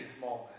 moment